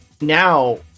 now